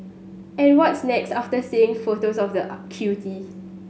and what's next after seeing photos of the cutie